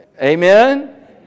Amen